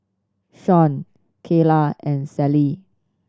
Shon Kaela and Sallie